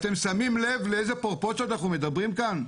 אתם שמים לב על איזה פרופורציות אנחנו מדברים כאן?